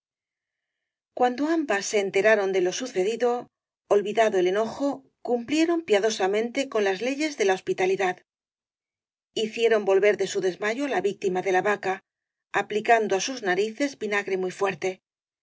cuando ambas se enteraron de lo sucedido ol vidado el enojo cumplieron piadosamente con las leyes de la hospitalidad hicieron volver de su des mayo á la víctima de la vaca aplicando á sus nari ces vinagre muy fuerte